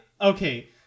okay